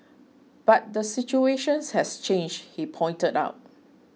but the situation has changed he pointed out